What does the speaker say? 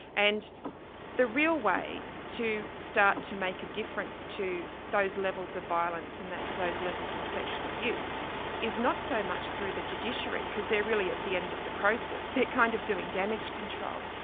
and the real way to start to make a difference to those levels of violence and those levels of sexual abuse is not so much through the judiciary, because they're really at the end of the process, they're kind of doing damage control,